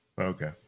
Okay